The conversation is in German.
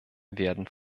werden